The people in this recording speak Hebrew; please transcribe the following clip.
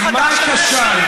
מה כשל,